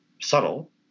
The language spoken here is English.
subtle